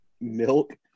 milk